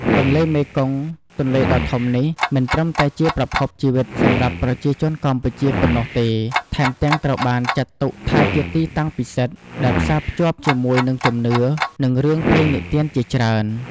ទន្លេមេគង្គ ទន្លេដ៏ធំនេះ មិនត្រឹមតែជាប្រភពជីវិតសម្រាប់ប្រជាជនកម្ពុជាប៉ុណ្ណោះទេ ថែមទាំងត្រូវបានចាត់ទុកថាជាទីតាំងពិសិដ្ឋ ដែលផ្សារភ្ជាប់ជាមួយនឹងជំនឿ និងរឿងព្រេងនិទានជាច្រើន។